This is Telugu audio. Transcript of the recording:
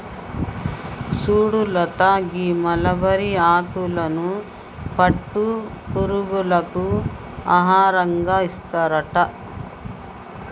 సుడు లత గీ మలబరి ఆకులను పట్టు పురుగులకు ఆహారంగా ఏస్తారట